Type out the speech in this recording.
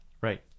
Right